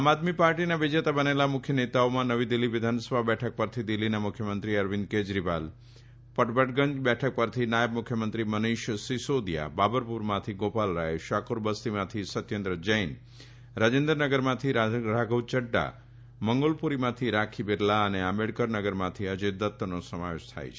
આમ આદમી પાર્ટીના વિજેતા બનેલા મુખ્ય નેતાઓમાં નવી દિલ્હી વિધાનસભા બેઠક પરથી દિલ્હીના મુખ્યમંત્રી અરવિંદ કેજરીવાલ કેજરીવાલ પટપરગંજ બેઠક પરથી નાયબ મુખ્યમંત્રી મનીષ સિસોદીયા બાબરપુરમાંથી ગોપાલરાય શાકુર બસ્તીમાંથી સત્યેન્દ્ર જૈન રાજીન્દરનગરમાંથી રાધવ યજ્ઞ મંગોલપુરીમાંથી રાખી બિરલા અને આંબેડકર નગરમાંથી અજય દત્તનો સમાવેશ થાય છે